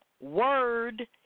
Word